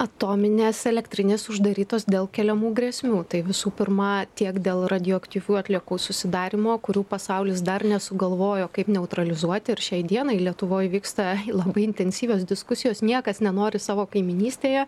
atominės elektrinės uždarytos dėl keliamų grėsmių tai visų pirma tiek dėl radioaktyvių atliekų susidarymo kurių pasaulis dar nesugalvojo kaip neutralizuoti ir šiai dienai lietuvoj vyksta labai intensyvios diskusijos niekas nenori savo kaimynystėje